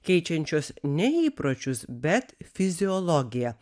keičiančios ne įpročius bet fiziologiją